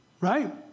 Right